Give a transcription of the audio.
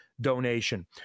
donation